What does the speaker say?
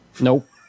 Nope